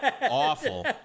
awful